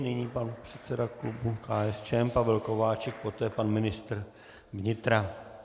Nyní pan předseda klubu KSČM Pavel Kováčik, poté pan ministr vnitra.